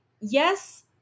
yes